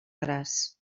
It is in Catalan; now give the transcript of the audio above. gras